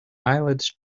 eyelids